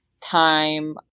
time